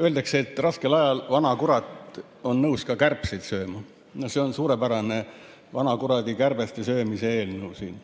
Öeldakse, et raskel ajal vanakurat on nõus ka kärbseid sööma. No see on suurepärane vanakuradi kärbsesöömise eelnõu siin.